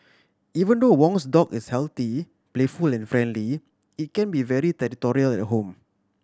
even though Wong's dog is healthy playful and friendly it can be very territorial at home